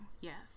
Yes